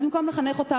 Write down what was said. אז במקום לחנך אותם,